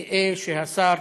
אתם הקמתם כמה, ואני גאה שהשר,